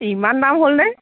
ইমান দাম হ'ল নে